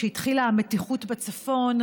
כשהתחילה המתיחות בצפון,